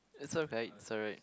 it's alright it's alright